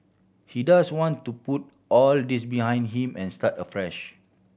he does want to put all this behind him and start afresh